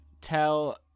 tell